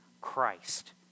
Christ